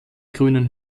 grünen